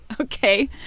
Okay